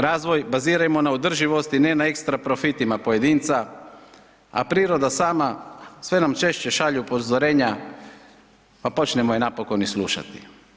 Razvoj baziramo na održivosti ne na ekstra profitima pojedinca, a priroda sama sve nam češće šalje upozorenja, pa počnimo je napokon i slušati.